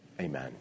Amen